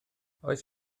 oes